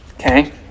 Okay